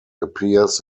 appears